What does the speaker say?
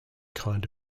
kind